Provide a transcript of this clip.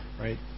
right